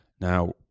Now